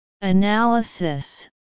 Analysis